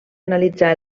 analitzar